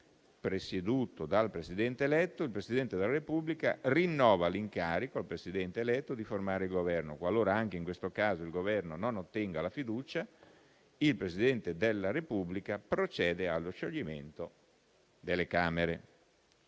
presieduto dal Presidente eletto, il Presidente della Repubblica rinnova l'incarico al Presidente eletto di formare il Governo. Qualora anche in questo caso il Governo non ottenga la fiducia, il Presidente della Repubblica procede allo scioglimento delle Camere.